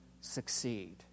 succeed